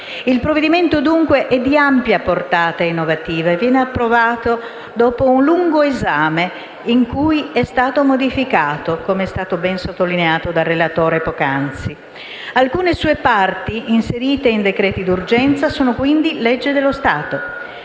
Il provvedimento dunque è di ampia portata innovativa e viene approvato dopo un lungo esame, in cui è stato modificato, come è stato ben sottolineato dal relatore poc'anzi. Alcune sue parti, inserite in decreti d'urgenza, sono quindi legge dello Stato.